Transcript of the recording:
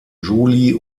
julie